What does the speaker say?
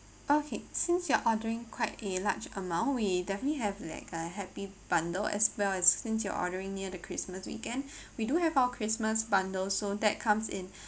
okay since your ordering quite a large amount we definitely have like a happy bundle as well as since you're ordering near the christmas weekend we do have our christmas bundle so that comes in